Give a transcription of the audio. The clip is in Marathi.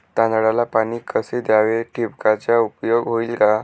तांदळाला पाणी कसे द्यावे? ठिबकचा उपयोग होईल का?